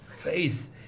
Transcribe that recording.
face